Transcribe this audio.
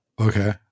Okay